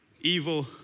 evil